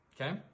okay